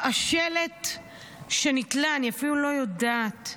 השלט שנתלה, אני אפילו לא יודעת,